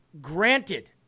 granted